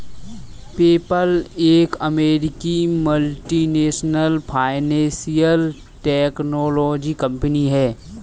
PayPal एक अमेरिकी multinational financial technology company है